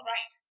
Right